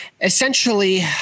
essentially